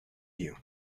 you